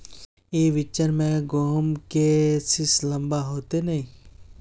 ई बिचन में गहुम के सीस लम्बा होते नय?